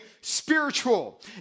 spiritual